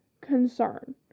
concern